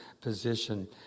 position